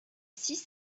six